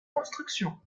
construction